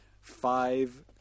five